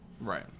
Right